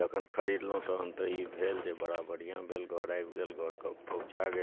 जखन खरीदलहुँ तहन तऽ ई भेल जे बड़ा बढ़िआँ भेल घऽर आबि गेल घऽरके पहुँचा गेल